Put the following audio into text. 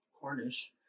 Cornish